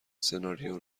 سناریو